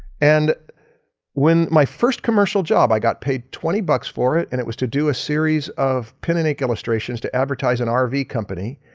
and when my first commercial job i got paid twenty bucks for it and it was to do a series of pen and ink illustrations to advertise an ah rv company.